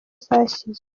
zashyizwe